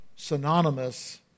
synonymous